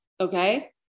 okay